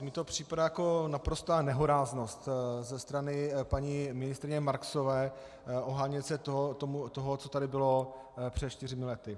Mně to připadá jako naprostá nehoráznost ze strany paní ministryně Marksové ohánět se tím, co tady bylo před čtyřmi lety.